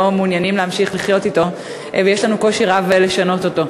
מעוניינים להמשיך לחיות אתו ויש לנו קושי רב לשנות אותו.